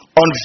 on